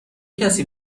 کسی